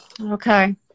Okay